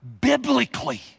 biblically